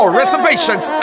reservations